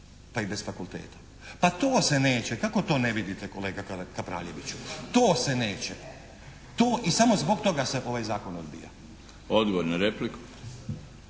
Pa i bez fakulteta. Pa to se neće. Kako ne vidite kolega Kapraljeviću? To se neće. To i samo zbog toga se ovaj zakon odbija. **Milinović,